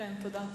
תודה.